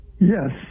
yes